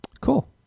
Cool